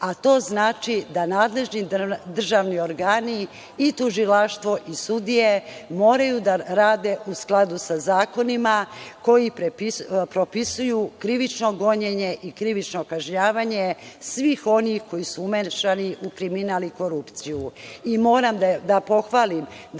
a to znači da nadležni državni organi i tužilaštvo i sudije moraju da rade u skladu sa zakonima koji propisuju krivično gonjenje i krivično kažnjavanje svih onih koji su umešani u kriminal i korupciju. Moram